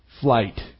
flight